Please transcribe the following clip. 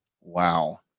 Wow